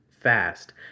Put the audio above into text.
fast